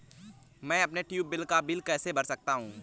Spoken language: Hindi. मैं अपने ट्यूबवेल का बिल कैसे भर सकता हूँ?